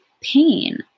pain